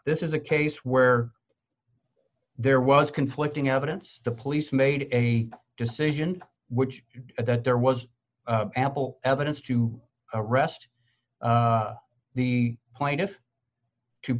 this is a case where there was conflicting evidence the police made a decision which at that there was ample evidence to arrest the point is to